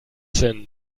sind